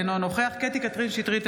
אינו נוכח קטי קטרין שטרית,